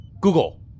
Google